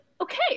okay